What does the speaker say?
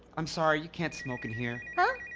i'm sorry. you can't smoke in here. huh?